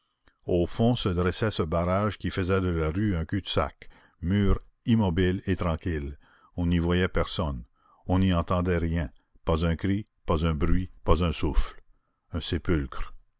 au fond se dressait ce barrage qui faisait de la rue un cul-de-sac mur immobile et tranquille on n'y voyait personne on n'y entendait rien pas un cri pas un bruit pas un souffle un sépulcre